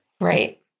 Right